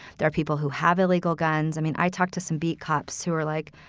there are people who have illegal guns. i mean, i talked to some beat cops who are like,